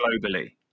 globally